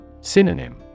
Synonym